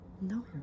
No